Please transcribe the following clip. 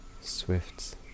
Swifts